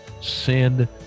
Send